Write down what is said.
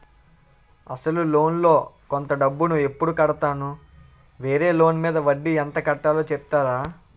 అసలు లోన్ లో కొంత డబ్బు ను ఎప్పుడు కడతాను? వేరే లోన్ మీద వడ్డీ ఎంత కట్తలో చెప్తారా?